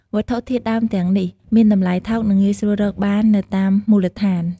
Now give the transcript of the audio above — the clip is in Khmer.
វត្ថុធាតុដើមទាំងនេះមានតម្លៃថោក និងងាយស្រួលរកបាននៅតាមមូលដ្ឋាន។